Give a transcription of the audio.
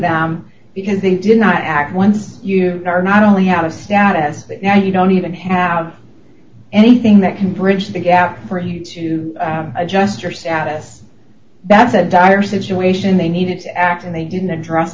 them because they did not act once you are not only out of status but now you don't even have anything that can bridge the gap for you to adjust your status that's a dire situation they needed to act and they didn't address